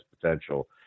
potential